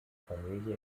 familie